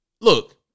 Look